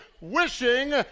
Wishing